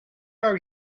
are